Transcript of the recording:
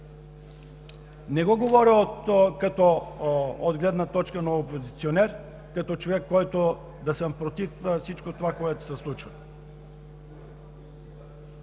Не говоря от гледна точка на опозиционер, като човек, който е против всичко това, което се случва.